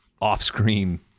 off-screen